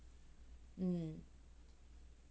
mm